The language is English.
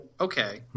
Okay